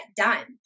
done